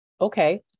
Okay